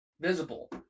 visible